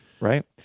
Right